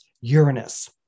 Uranus